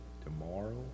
tomorrow